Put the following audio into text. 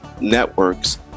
networks